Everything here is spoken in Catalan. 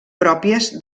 pròpies